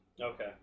Okay